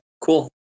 cool